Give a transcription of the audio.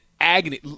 agony